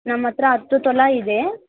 ನಮ್ಮ ಹತ್ತಿರ ಹತ್ತು ತೊಲ ಇದೆ